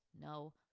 No